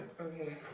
okay